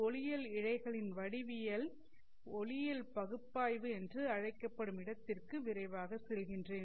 ஒளியியல் இழைகளின் வடிவியல் ஒளியியல் பகுப்பாய்வு என்று அழைக்கப்படும் இடத்திற்கு விரைவாகச் செல்கின்றேன்